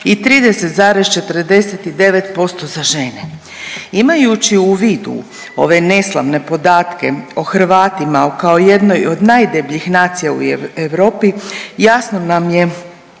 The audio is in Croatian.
i 30,49% za žene. Imajući u vidu ove neslavne podatke o Hrvatima kao o jednoj od najdebljih nacija u Europi jasno nam je